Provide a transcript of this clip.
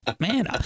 Man